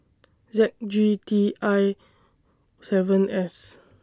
Z G T I seven S